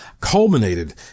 culminated